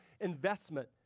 investment